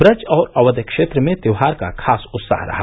ब्रज और अवध क्षेत्र में त्योहार का खास उत्साह रहा